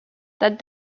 that